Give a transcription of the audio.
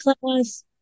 class